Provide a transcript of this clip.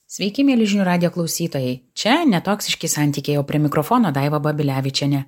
sveiki mieli žinių radijo klausytojai čia ne toksiški santykiai o prie mikrofono daiva babilevičienė